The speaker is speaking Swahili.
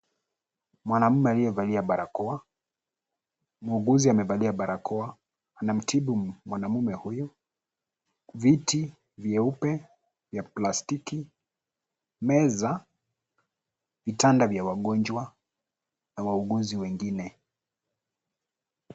Mwanaume aliyevalia barakoa, muuguzi amevalia barakoa anamtibu mwanamume huyu. Viti vyeupe vya plastiki, meza, vitanda vya wagonjwa na wauguzi wengine.